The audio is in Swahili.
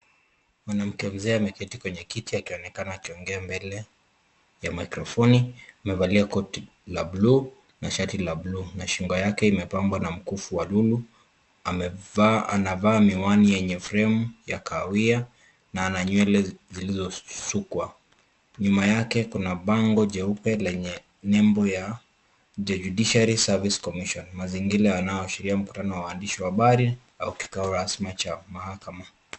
Mwanamke mzee ameketi kwenye kiti akionekana akiongea mbele ya maikrofoni. Amevalia koti la blue na shati la blue na shingo yake imepambwa na mkufu wa lulu. Anavaa miwani yenye fremu ya kahawia na ana nywele zilizosukwa. Nyuma yake kuna bango jeupe lenye nembo ya the Judiciary Service Commission mazingira yanayoashiria mkutano na waandishi wa habari au kikao rasmi cha mahakama.